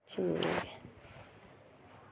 शुक्र ऐ